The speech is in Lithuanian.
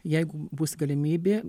jeigu bus galimybė